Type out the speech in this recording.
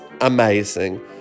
amazing